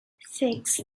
six